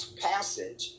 passage